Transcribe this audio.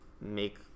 make